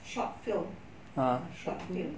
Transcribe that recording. short film ah short film